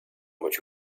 much